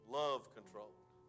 love-controlled